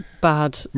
bad